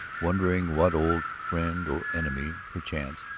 wondering what old friend or enemy, perchance,